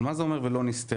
אבל מה זה אומר "ולא נסתרה"?